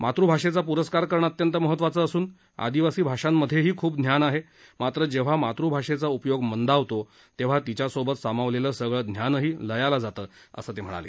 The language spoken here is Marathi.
मातृभाषेचा प्रस्कार करणं अत्यंत महत्वाचं असून आदिवासी भाषांमध्येही खूप ज्ञान आहे मात्रं जेव्हा मातृभाषेचा उपयोग मंदावतो तेव्हा तिच्यासोबत सामावलेलं सगळं जानही लयाला जातं असं ते म्हणाले